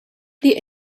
pli